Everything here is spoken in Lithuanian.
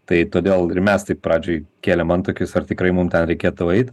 tai todėl ir mes taip pradžioj kėlėm antakius ar tikrai mum ten reikėtų eit